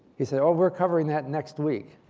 he said oh, we're covering that next week,